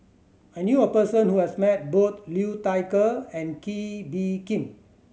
I knew a person who has met both Liu Thai Ker and Kee Bee Khim